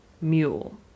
mule